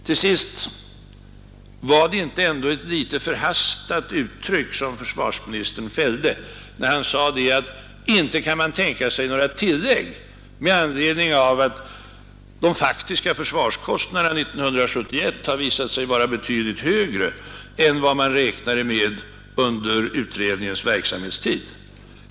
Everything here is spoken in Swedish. Till sist: Var det inte ändå ett något förhastat uttryck som försvarsministern fällde när han sade, att man inte kan tänka sig några tillägg med anledning av att de faktiska försvarskostnaderna 1971 har visat sig vara betydligt högre än vad man räknade med under utredningens verksamhetstid.